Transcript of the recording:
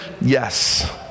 yes